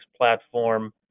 platform